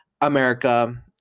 America